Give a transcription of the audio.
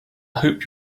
hope